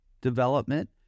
development